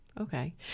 Okay